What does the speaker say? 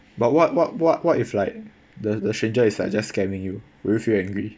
but what what what what if like the the stranger is like just scamming you will you feel angry